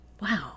Wow